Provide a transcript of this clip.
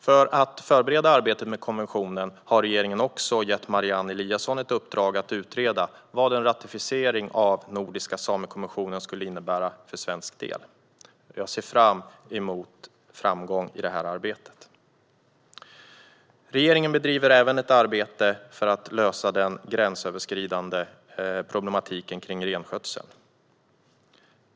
För att förbereda arbetet med konventionen har regeringen också gett Marianne Eliasson i uppdrag att utreda vad en ratificering av den nordiska samekonventionen skulle innebära för svensk del. Jag ser fram emot framgång i det arbetet. Regeringen bedriver även ett arbete för att lösa den gränsöverskridande problematiken med renskötseln.